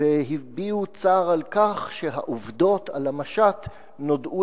והביעו צער על כך שהעובדות על המשט נודעו